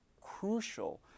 crucial